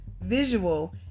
visual